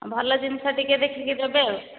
ଭଲ ଜିନିଷ ଟିକିଏ ଦେଖିକି ଦେବେ ଆଉ